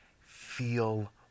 feel